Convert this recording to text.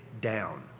down